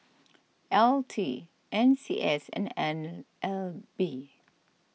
L T N C S and N L B